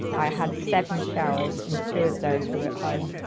i had seven showers and two of those were at home.